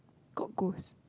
got ghost